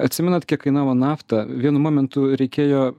atsimenat kiek kainavo nafta vienu momentu reikėjo